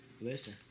Listen